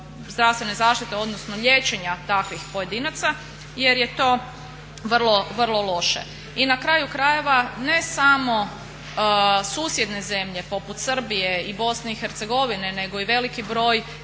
zdravstvene zaštite, odnosno liječenja takvih pojedinaca jer je to vrlo, vrlo loše. I na kraju krajeva ne samo susjedne zemlje poput Srbije i Bosne i Hercegovine nego i veliki broj